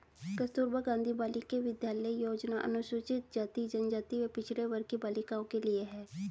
कस्तूरबा गांधी बालिका विद्यालय योजना अनुसूचित जाति, जनजाति व पिछड़े वर्ग की बालिकाओं के लिए है